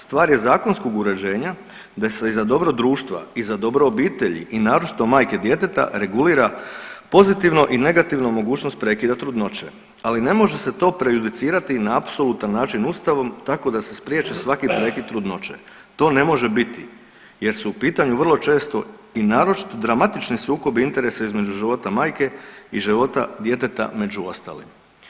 Stvar je zakonskog uređenja da se i za dobro društva i za dobro obitelji i naročito majke djeteta regulira pozitivno i negativno mogućnost prekida trudnoće, ali ne može se to prejudicirati na apsolutan način ustavom tako da se spriječi svaki prekid trudnoće, to ne može biti jer su u pitanju vrlo često i naročito dramatični sukobi interesa između života majke i života djeteta među ostalim.